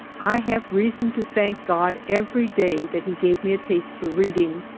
i have reason to thank god every day that he gave me a taste for reading,